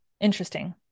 interesting